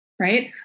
right